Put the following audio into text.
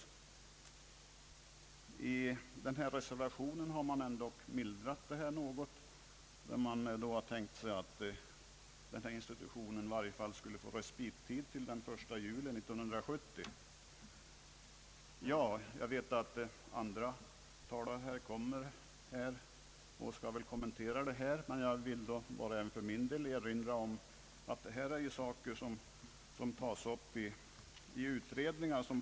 I reservationen har man dock mildrat detta något genom att reservanterna tänkt sig att institutionen i varje fall skulle få respittid till den 1 juli 1970. Jag vet att andra talare kommer att kommentera detta, men jag vill erinra om att dessa frågor behandlas av pågående utredningar.